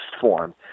form